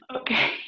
okay